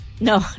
No